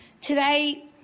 today